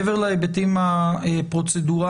מעבר להיבטים הפרוצדורליים,